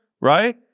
right